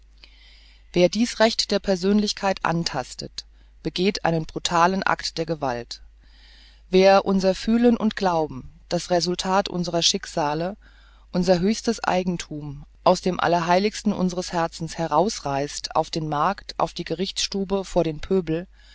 wer dies recht der persönlichkeit antastet begeht einen brutalen akt der gewalt wer unser fühlen und glauben das resultat unserer schicksale unser höchstes eigenthum aus dem allerheiligsten unseres herzens herausreißt auf den markt auf die gerichtsstube vor den pöbel